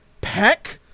Peck